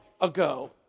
ago